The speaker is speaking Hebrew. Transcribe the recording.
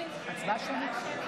הצבעה שמית.